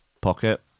pocket